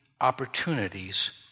opportunities